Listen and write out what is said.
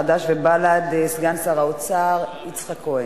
חד"ש ובל"ד סגן שר האוצר יצחק כהן.